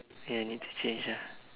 and need to change ah